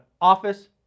office